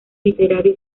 literario